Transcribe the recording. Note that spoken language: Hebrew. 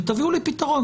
ותביאו לי פתרון.